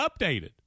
updated